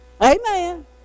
amen